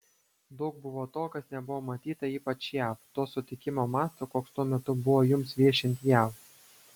daug buvo to kas nebuvo matyta ypač jav to sutikimo masto koks tuo metu buvo jums viešint jav